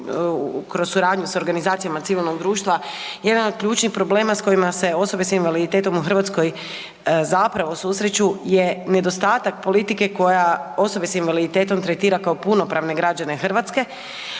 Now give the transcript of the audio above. kroz suradnju s organizacijama civilnog društva jedan od ključnih problema s kojima se osobe s invaliditetom u Hrvatskoj susreću je nedostatak politike koja osobe s invaliditetom tretira kao punopravne građane Hrvatske